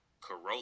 Corolla